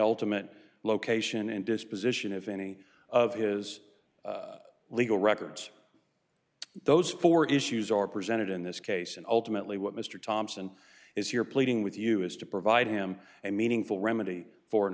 ultimate location and disposition of any of his legal records those four issues are presented in this case and ultimately what mr thompson is here pleading with you is to provide him a meaningful remedy for